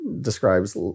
describes